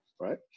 right